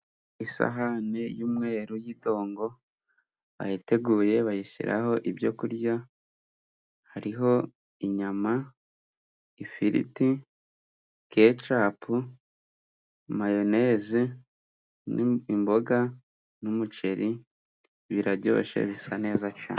Isahani y'umweru y'intongo bayiteguye bayishyiraho ibyo kurya. Hariho inyama, ifiriti, kecapu, mayoneze, n'imboga n'umuceri. Biraryoshye bisa neza cyane.